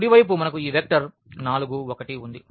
కుడి వైపు మనకు ఈ వెక్టర్ 4 1 ఉంది